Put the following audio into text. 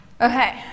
Okay